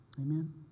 Amen